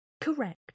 Correct